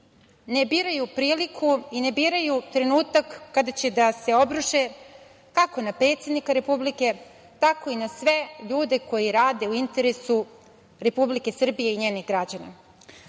ne biraju priliku i ne biraju trenutak kada će da se obruše kako na predsednika Republike, tako i na sve ljude koji rade u interesu Republike Srbije i njenih građana. Tako